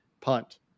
punt